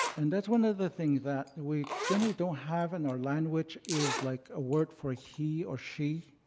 and that's one of the things that we generally don't have in our language is like a word for he or she.